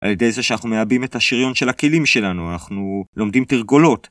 על ידי זה שאנחנו מעבים את השריון של הכלים שלנו, אנחנו לומדים תרגולות.